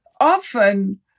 often